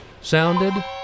sounded